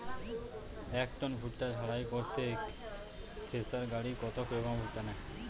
এক টন ভুট্টা ঝাড়াই করতে থেসার গাড়ী কত কিলোগ্রাম ভুট্টা নেয়?